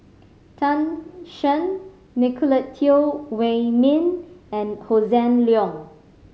Tan Shen Nicolette Teo Wei Min and Hossan Leong